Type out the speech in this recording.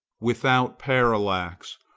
without parallax,